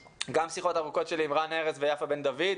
גם שיחות ארוכות שלי עם רן ארז ועם יפה בן דוד,